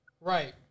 Right